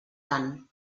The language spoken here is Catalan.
tant